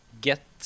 get